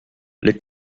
les